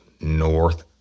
north